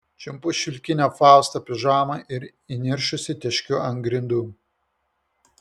čiumpu šilkinę fausto pižamą ir įniršusi teškiu ant grindų